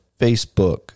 Facebook